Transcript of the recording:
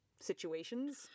situations